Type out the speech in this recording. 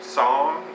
song